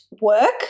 work